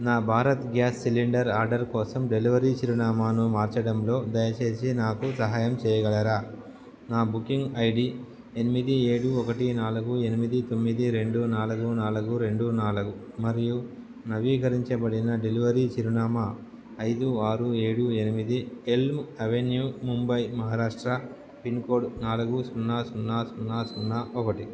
నా Bharat gas cylinder order కోసం delivery చిరునామాను మార్చడంలో దయచేసి నాకు సహాయం చేయగలరా నా బుకింగ్ ఐడి ఎనిమిది ఏడు ఒకటి నాలుగు ఎనిమిది తొమ్మిది రెండు నాలుగు నాలుగు రెండు నాలుగు మరియు నవీకరించబడిన డెలివరీ చిరునామా ఐదు ఆరు ఏడు ఎనిమిది Elm Avenue Mumbai Maharashtra pincode నాలుగు సున్నా సున్నా సున్నా సున్నా ఒకటి